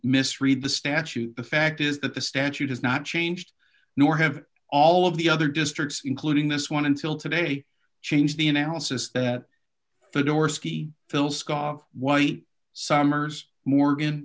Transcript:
misread the statute the fact is that the statute has not changed nor have all of the other districts including this one until today change the analysis that the door ski phil scott white summers morgan